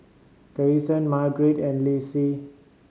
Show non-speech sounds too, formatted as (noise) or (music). Garrison Margarite and (unintelligible)